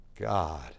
God